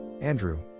Andrew